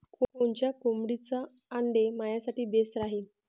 कोनच्या कोंबडीचं आंडे मायासाठी बेस राहीन?